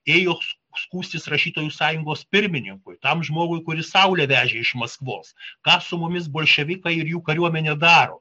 ėjo skųstis rašytojų sąjungos pirmininkui tam žmogui kuris saulę vežė iš maskvos ką su mumis bolševikai ir jų kariuomenė daro